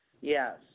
Yes